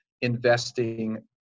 investing